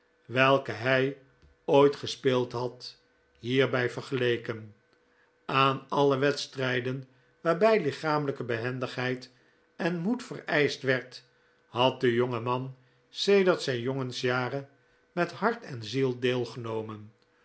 welke hij ooit gespeeld had hierbij vergeleken aan alle wedstrijden waarbij lichamelijke behendigheid en moed vereischt werd had de jonge man sedert zijn jongensjaren met hart en ziel deelgenomen